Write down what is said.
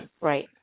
Right